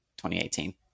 2018